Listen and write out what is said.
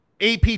AP